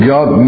God